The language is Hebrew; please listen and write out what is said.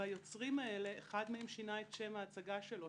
והיוצרים האלה אחד מהם שינה את השם של ההצגה שלו,